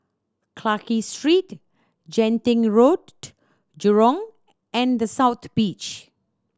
Clarke Street Genting Road Jurong and The South Beach